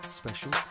special